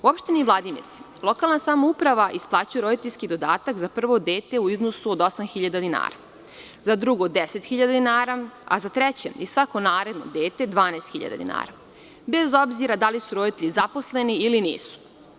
U opštini Vladimirci lokalna samouprava isplaćuje roditeljski dodatak za prvo dete u iznosu od 8.000 dinara, za drugo 10.000 dinara, a za treće i svako naredno dete 12.000 dinara, bez obzira da li su roditelji zaposleni ili nisu.